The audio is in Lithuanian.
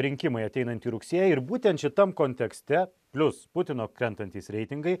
rinkimai ateinantį rugsėjį ir būtent šitam kontekste plius putino krentantys reitingai